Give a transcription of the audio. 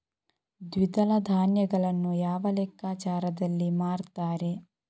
ದ್ವಿದಳ ಧಾನ್ಯಗಳನ್ನು ಯಾವ ಲೆಕ್ಕಾಚಾರದಲ್ಲಿ ಮಾರ್ತಾರೆ?